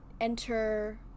enter